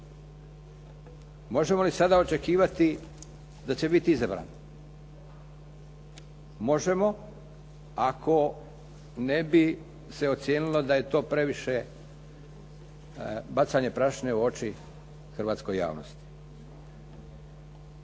Možemo li sada očekivati da će biti izabran? Možemo ako ne bi se ocijenilo da je to previše bacanje prašine u oči hrvatskoj javnosti.